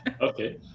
Okay